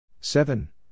Seven